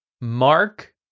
mark